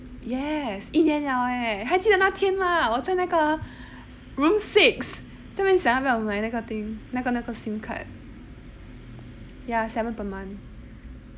yes 一年了 leh 还记得那天 mah 我在那个 room six 在那边想要不要买那个 SIM card ya seven per month